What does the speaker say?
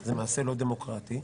זה מעשה לא דמוקרטי.